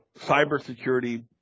cybersecurity